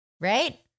right